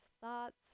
thoughts